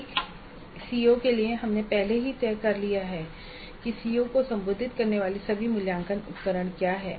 एक सीओ के लिए हमने पहले ही तय कर लिया है कि सीओ को संबोधित करने वाले सभी मूल्यांकन उपकरण क्या हैं